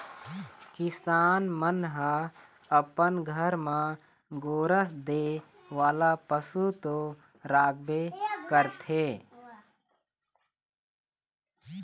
किसान मन ह अपन घर म गोरस दे वाला पशु तो राखबे करथे